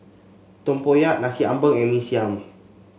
tempoyak Nasi Ambeng and Mee Siam